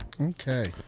Okay